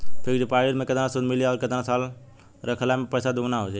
Fix deposit मे केतना सूद मिली आउर केतना साल रखला मे पैसा दोगुना हो जायी?